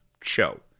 show